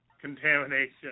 contamination